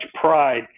pride